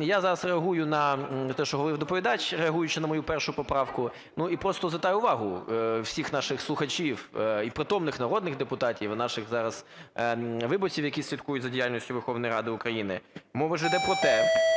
Я зараз реагую на те, що говорив доповідач, реагуючи на мою першу поправку. Ну, і просто звертаю увагу всіх наших слухачів і притомних народних депутатів, і наших зараз виборців, які слідкують за діяльністю Верховної Ради України, мова ж іде про те,